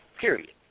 period